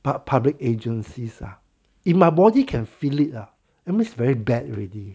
pub~ public agencies ah if my body can feel it ah that means very bad already